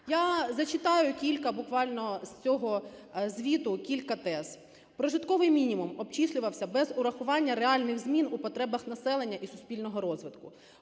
Я зачитаю кілька буквально з цього звіту кілька тез. Прожитковий мінімум обчислювався без урахування реальних змін у потребах населення і суспільного розвитку.